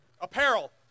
apparel